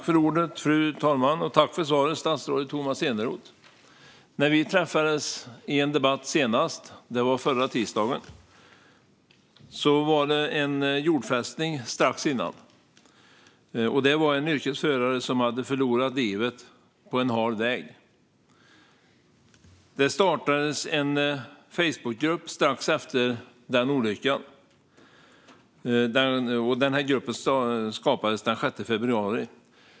Fru talman! Tack för svaret, statsrådet Tomas Eneroth! När vi senast träffades i en debatt - det var förra tisdagen - hade det varit en jordfästning strax innan. Det var en yrkesförare som hade förlorat livet på en hal väg. Det startades en Facebookgrupp strax efter den olyckan. Den 6 februari startades den.